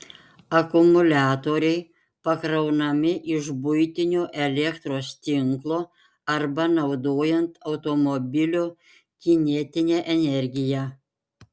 akumuliatoriai pakraunami iš buitinio elektros tinklo arba naudojant automobilio kinetinę energiją